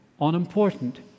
unimportant